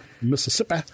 Mississippi